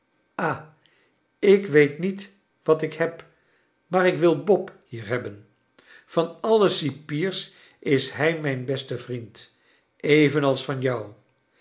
ha ik weefc niet wat ik heb maar ik wil bob hier hebben van alle cipiers is hij mijn beste vriend evenals van jou